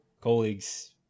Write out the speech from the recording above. colleagues